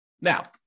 Now